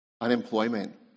Unemployment